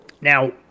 now